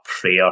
prayer